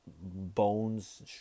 bones